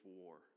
war